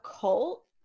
cult